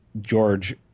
George